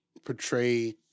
Portray